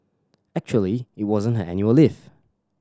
actually it wasn't her annual leave